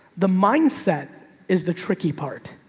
the mindset is the tricky part.